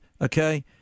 Okay